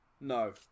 No